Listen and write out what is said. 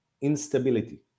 instability